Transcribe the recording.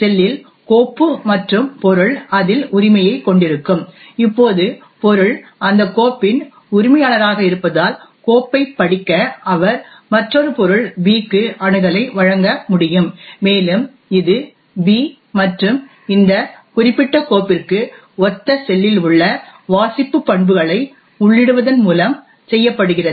செல் இல் கோப்பு மற்றும் பொருள் அதில் உரிமையைக் கொண்டிருக்கும் இப்போது பொருள் அந்தக் கோப்பின் உரிமையாளராக இருப்பதால் கோப்பைப் படிக்க அவர் மற்றொரு பொருள் B க்கு அணுகலை வழங்க முடியும் மேலும் இது B மற்றும் இந்த குறிப்பிட்ட கோப்பிற்கு ஒத்த செல் இல் உள்ள வாசிப்பு பண்புகளை உள்ளிடுவதன் மூலம் செய்யப்படுகிறது